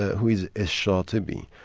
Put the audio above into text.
who is ashor tibi.